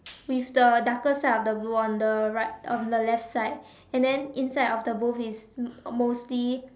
with the darker side of the blue on the right on the left side and then inside of the booth is m~ mostly